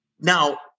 now